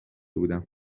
بودم